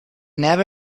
never